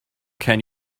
can